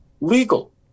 legal